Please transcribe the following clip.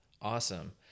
Awesome